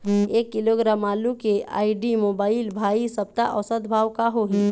एक किलोग्राम आलू के आईडी, मोबाइल, भाई सप्ता औसत भाव का होही?